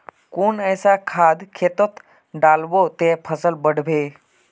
कुन ऐसा खाद खेतोत डालबो ते फसल बढ़बे?